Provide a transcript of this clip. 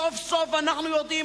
סוף-סוף אנחנו יודעים,